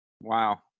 Wow